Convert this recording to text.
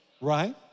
right